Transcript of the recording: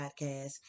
podcast